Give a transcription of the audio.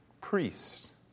priests